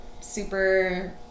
super